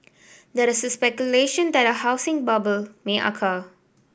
there is speculation that a housing bubble may occur